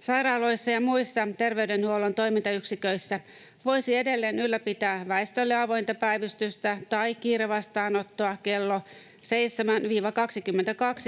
Sairaaloissa ja muissa terveydenhuollon toimintayksiköissä voisi edelleen ylläpitää väestölle avointa päivystystä tai kiirevastaanottoa kello 7:n ja